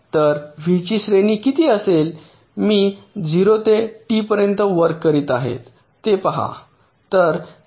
तर व्हीची श्रेणी किती असेल मी 0 ते टी पर्यंत वर्क करीत आहे ते पहा